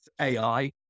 AI